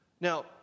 Now